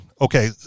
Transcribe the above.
okay